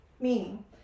Meaning